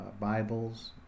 Bibles